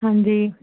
ਹਾਂਜੀ